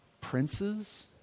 Princes